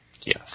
Yes